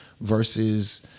versus